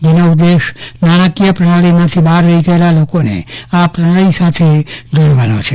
જેનો ઉદેશ નાણાકીય પ્રણાલીમાંથી બહાર રહી ગયેલા લોકોને આ પ્રણાલી સાથે જોડવાનો છે